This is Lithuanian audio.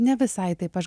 ne visai taip aš